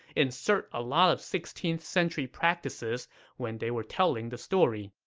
insert a lot of sixteenth century practices when they were telling the story?